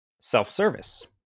self-service